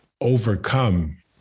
overcome